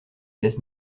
gaz